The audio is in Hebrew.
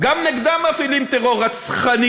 גם נגדן מפעילים טרור רצחני.